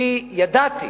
אני ידעתי